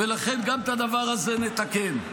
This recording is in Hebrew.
ולכן גם את הדבר הזה נתקן.